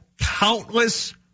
countless